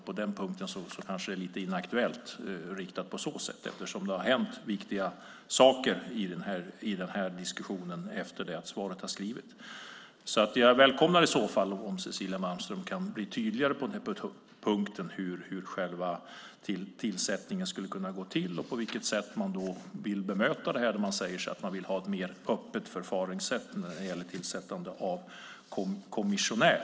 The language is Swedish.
På den punkten kanske det är lite inaktuellt, eftersom det har hänt viktiga saker i den här diskussionen efter det att svaret skrevs. Jag välkomnar om Cecilia Malmström kan bli tydligare på den här punkten, hur själva tillsättningen skulle kunna gå till och på vilket sätt man vill bemöta detta när man säger att man vill ha ett mer öppet förfaringssätt när det gäller tillsättandet av kommissionär.